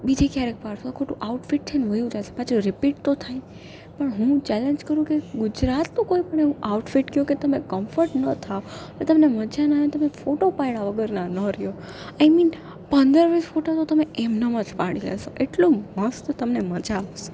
બીજે ક્યારેક પાડીશું આ ખોટું આઉટફિટ છેને વહ્યું જશે પાછું રિપીટ તો થાય પણ હું ચેલેન્જ કરું કે ગુજરાતનું કોઈ પણ એવું આઉટફિટ કહો કે તમે કમ્ફર્ટ ન થાઓ એ તમને મજા ના આવે તમે ફોટો પાડ્યા વગરના ન રહો આઈ મીન પંદર વીસ ફોટો તો તમે એમ નેમ જ પાડી લેશો એટલું મસ્ત તમને મજા આવશે